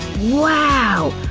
wow!